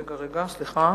רגע, רגע, סליחה.